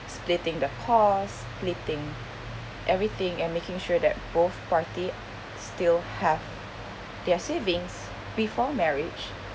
splitting the cost splitting everything and making sure that both party still have their savings before marriage